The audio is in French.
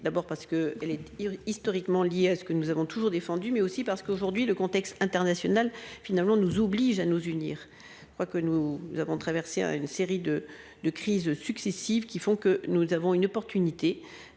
D'abord parce que elle est historiquement lié à ce que nous avons toujours défendu mais aussi parce qu'aujourd'hui, le contexte international, finalement nous oblige à nous unir. Je crois que nous avons traversé une série de de crises successives qui font que nous avons une opportunité.